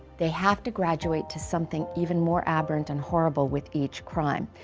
they have to graduate to something even more aberrant and horrible with each crime.